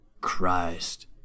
Christ